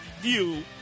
view